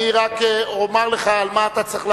אני רק אומר לך על מה אתה צריך להשיב.